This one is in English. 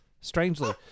Strangely